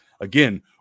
Again